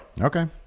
Okay